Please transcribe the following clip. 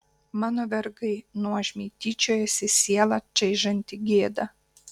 mano vergai nuožmiai tyčiojasi sielą čaižanti gėda